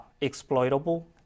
exploitable